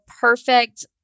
perfect